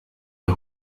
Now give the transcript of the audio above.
der